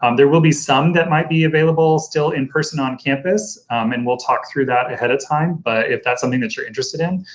um there will be some that might be available still in person on campus and we'll talk through that ahead of time, but if that's something that you're interested in,